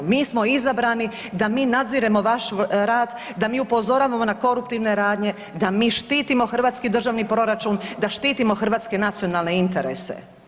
Mi smo izabrani da nadziremo vaš rad, da mi upozoravamo na koruptivne radnje, da mi štitimo hrvatski državni proračun, da štitimo hrvatske nacionalne interese.